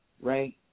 right